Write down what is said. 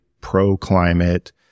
pro-climate